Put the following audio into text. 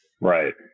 Right